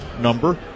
number